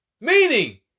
Meaning